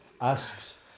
asks